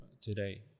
today